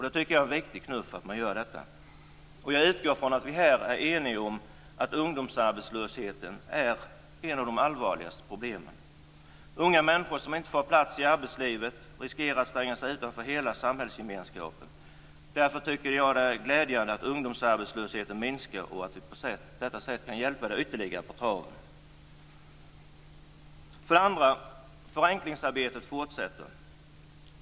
Det är en viktig knuff. Jag utgår ifrån att vi här är eniga om att ungdomsarbetslösheten är ett av de allvarligaste problemen. Unga människor som inte får en plats i arbetslivet riskerar att stängas utanför hela samhällsgemenskapen. Därför är det glädjande att ungdomsarbetslösheten minskar och att vi på detta sätt kan hjälpa de unga ytterligare på traven. För det andra fortsätter förenklingsarbetet.